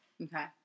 Okay